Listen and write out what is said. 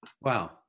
Wow